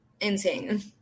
insane